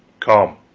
come!